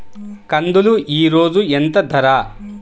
కందులు ఈరోజు ఎంత ధర?